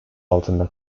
altında